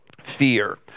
fear